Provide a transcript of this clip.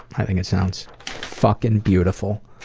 i think it sounds fucking beautiful